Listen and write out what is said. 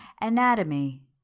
Anatomy